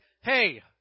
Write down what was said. hey